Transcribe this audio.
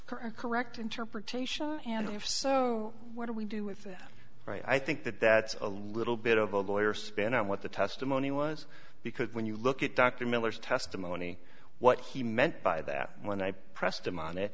that correct interpretation and if so what do we do with that i think that that's a little bit of a lawyer spin on what the testimony was because when you look at dr miller's testimony what he meant by that when i pressed him on it